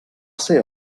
ser